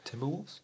Timberwolves